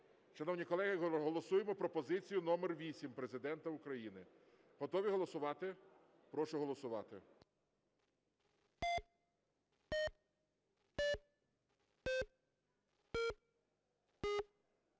Шановні колеги, голосуємо пропозицію номер 8 Президента України. Готові голосувати? Прошу проголосувати.